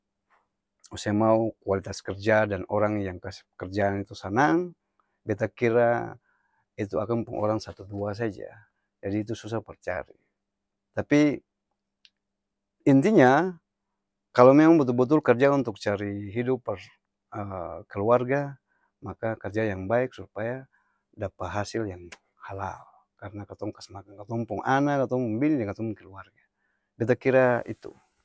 Ose mau kualitas kerja dan orang yang kasi pekerjaan itu sanang? Beta kira itu akang pung orang satu-dua saja, jadi itu susa par cari tapi, inti nya kalo memang betul-betul kerja untuk cari hidup par keluarga, maka karja yang baik supaya dapa hasil yang halal karna katong kas makang katong pung ana, katong pung bini deng katong pung keluarga, beta kira itu.